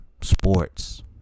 sports